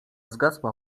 zgasła